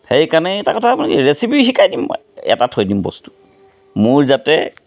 সেইকাৰণে এটা কথা মানে কি ৰেচিপি শিকাই দিম মই এটা থৈ দিম বস্তু মোৰ যাতে